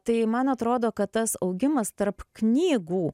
tai man atrodo kad tas augimas tarp knygų